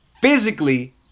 physically